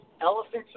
elephants